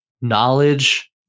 knowledge